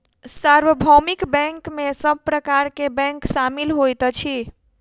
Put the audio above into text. सार्वभौमिक बैंक में सब प्रकार के बैंक शामिल होइत अछि